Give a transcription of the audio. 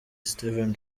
steven